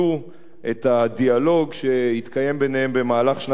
הדיאלוג שהתקיים ביניהן במהלך שנת 2009,